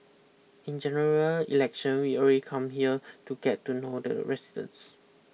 in General Election we've already come here to get to know the residents